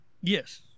Yes